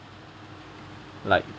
like